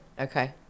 Okay